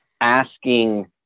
asking